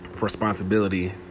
responsibility